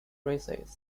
races